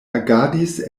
agadis